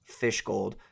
Fishgold